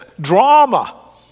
Drama